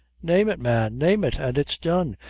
name it, man name it, and it's done,